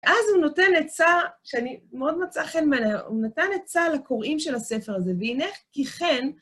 אז הוא נותן עצה, שאני מאוד מצאה חן בעיני, הוא נתן עצה לקוראים של הספר הזה, והנה כי כן...